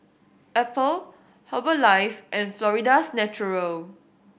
Apple Herbalife and Florida's Natural